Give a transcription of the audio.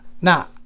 Now